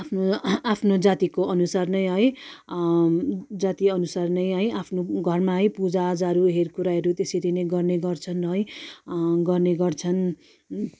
आफ्नो आफ्नो जातिको अनुसार नै है जातीय अनुसार नै है आफ्नो घरमा है पूजा आजाहरू हेराइ कोराइहरू त्यसरी नै गर्ने गर्छन् है गर्ने गर्छन्